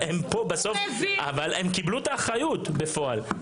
הוא העביר --- אבל הם קיבלו את האחריות בפועל.